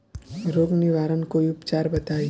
रोग निवारन कोई उपचार बताई?